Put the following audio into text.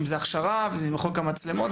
אם זה הכשרה ואם זה חוק המצלמות.